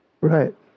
Right